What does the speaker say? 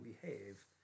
behave